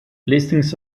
listings